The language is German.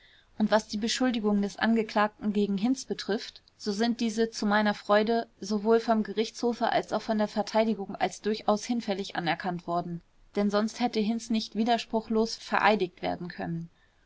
und was die beschuldigungen des angeklagten gegen hinz betrifft so sind diese zu meiner freude sowohl vom gerichtshofe als auch von der verteidigung als durchaus hinfällig anerkannt worden denn sonst hätte hinz nicht widerspruchslos vereidigt werden können